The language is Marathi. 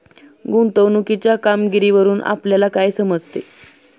गुंतवणुकीच्या कामगिरीवरून आपल्याला काय समजते?